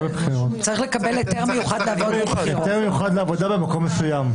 צריך לקבל היתר מיוחד לעבוד ביום הבחירות.